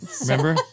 remember